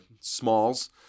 Smalls